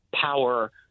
power